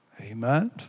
Amen